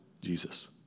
Jesus